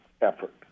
effort